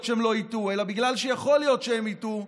שהם לא יטעו אלא בגלל שיכול להיות שהם יטעו,